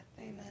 Amen